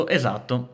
esatto